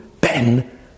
Ben